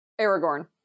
Aragorn